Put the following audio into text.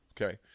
okay